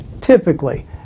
Typically